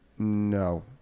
No